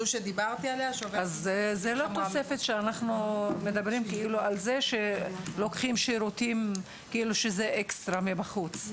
זאת לא תוספת שאנחנו מדברים על כך שלוקחים שירותים אקסטרה מבחוץ.